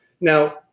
now